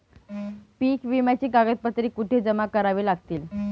पीक विम्याची कागदपत्रे कुठे जमा करावी लागतील?